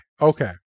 okay